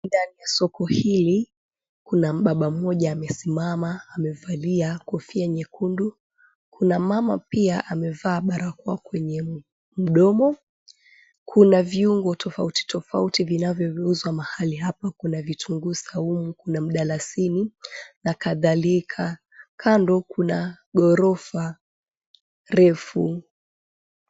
Ndani ya soko hili kuna mbaba mmoja amesimama amevalia kofia nyekundu, kuna mama pia amevaa barakoa kwenye mdomo, kuna viungo tofauti tofauti vinavyouzwa mahali hapa, kuna vitunguu saumu, kuna mdalasini na kadhalika. Kando kuna ghorofa refu.